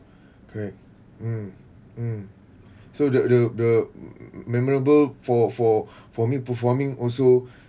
correct mm mm so the the the memorable for for for me performing also